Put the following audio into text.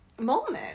moment